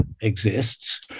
exists